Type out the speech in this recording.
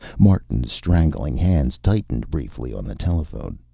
martin's strangling hands tightened briefly on the telephone.